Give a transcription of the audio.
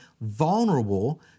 vulnerable